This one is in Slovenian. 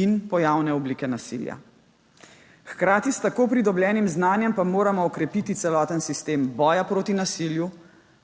in pojavne oblike nasilja. Hkrati s tako pridobljenim znanjem pa moramo okrepiti celoten sistem boja proti nasilju,